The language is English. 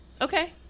Okay